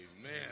Amen